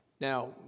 Now